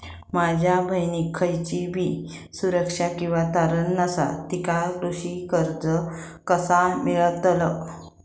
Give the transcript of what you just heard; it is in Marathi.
माझ्या बहिणीक खयचीबी सुरक्षा किंवा तारण नसा तिका कृषी कर्ज कसा मेळतल?